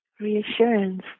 reassurance